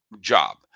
job